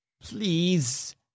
Please